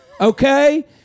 okay